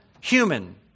human